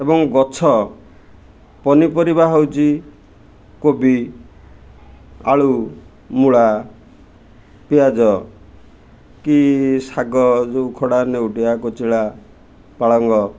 ଏବଂ ଗଛ ପନିପରିବା ହେଉଛି କୋବି ଆଳୁ ମୂଳା ପିଆଜ କି ଶାଗ ଯୋଉ ଖଡ଼ା ନେଉଟିଆ କଚିଳା ପାଳଙ୍ଗ